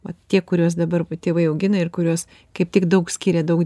vat tie kuriuos dabar tėvai augina ir kuriuos kaip tik daug skyrė daug